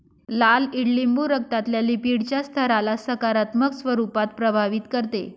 लाल ईडलिंबू रक्तातल्या लिपीडच्या स्तराला सकारात्मक स्वरूपात प्रभावित करते